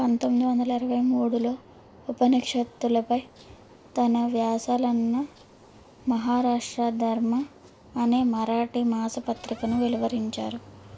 పంతొమ్మిది వందల ఇరవై మూడులో ఉపనిషత్తులపై తన వ్యాసాలన్న మహారాష్ట్ర ధర్మ అనే మరాఠీ మాసపత్రికను వెలువరించారు